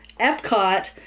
epcot